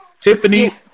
Tiffany